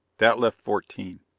that left fourteen.